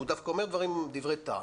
הוא דווקא אומר דברי טעם.